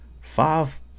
five